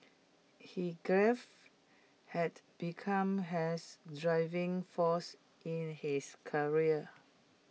his grief had become has driving force in his career